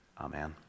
Amen